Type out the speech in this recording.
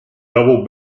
double